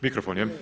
Mikrofon, je